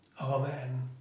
Amen